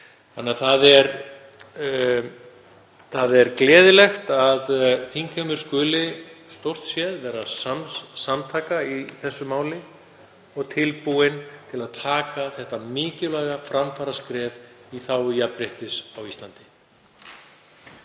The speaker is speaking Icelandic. mánuði. Það er gleðilegt að þingheimur skuli stórt séð vera samtaka í málinu og tilbúinn til að taka þetta mikilvæga framfaraskref í þágu jafnréttis á Íslandi.